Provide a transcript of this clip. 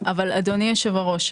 אדוני יושב הראש,